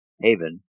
haven